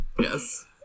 yes